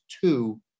two